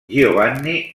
giovanni